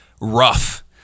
rough